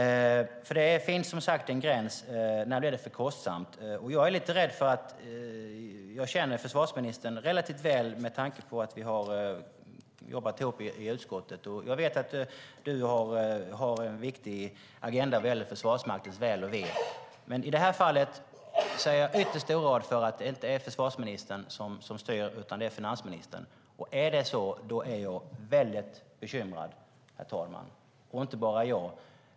Det finns en gräns när det blir för kostsamt. Jag känner försvarsministern relativt väl med tanke på att vi har jobbat ihop i utskottet. Jag vet att du har en viktig agenda vad gäller Försvarsmaktens väl och ve. I det här fallet är jag ytterst oroad för att det inte är förvarsministern som styr utan finansministern. Är det så är jag väldigt bekymrad, herr talman. Det är inte bara jag som är det.